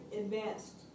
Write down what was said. advanced